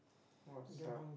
what's up